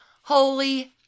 Holy